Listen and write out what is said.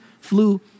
flu